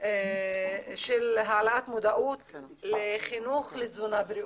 של העלאת מודעות לחינוך לתזונה בריאותית.